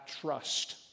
trust